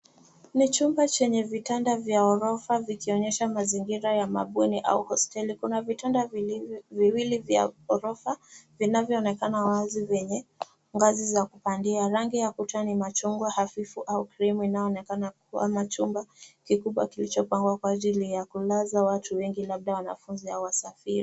Ni chumba chenye vitanda vya ghorofa vikionyesha mazingira ya mabweni au hosteli. Kuna vitanda vingi viwili vya ghorofa vinavyo onekana wazi vyenye ngazi za kupandia . Rangi ya kuta ni machungwa hafifu au krimu inayonekana kwenye chumba kikubwa kilicho pangwa kwa ajili ya kulaza watu wengi labda wanafunzi au wasafiri.